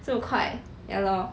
这么快 ya lor